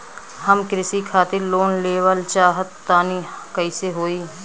हम कृषि खातिर लोन लेवल चाहऽ तनि कइसे होई?